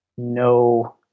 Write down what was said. No